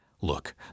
Look